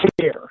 care